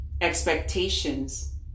expectations